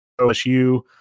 OSU